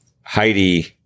heidi